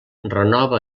renova